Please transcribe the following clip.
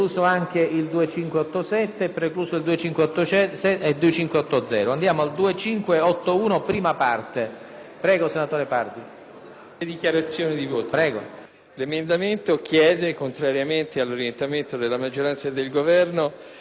Ne ha facolta`. PARDI (IdV). L’emendamento chiede, contrariamente all’orientamento della maggioranza e del Governo, che siano aumentati i finanziamenti a vantaggio dell’universitae della ricerca, perche´ si ritiene che la possibilita di uscire in modo significativo